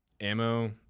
ammo